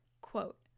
Quote